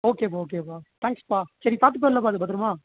ஓகேப்பா ஓகேப்பா தேங்க்ஸ்ப்பா சரி பார்த்துப்ப இல்லைப்பா அதை பத்திரமா